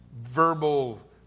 verbal